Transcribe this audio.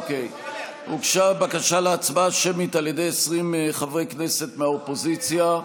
הוגשה בקשה להצבעה שמית על ידי 20 חברי כנסת מהאופוזיציה,